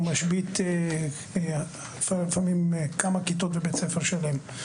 משבית לפעמים כמה כיתות בבית ספר שלם,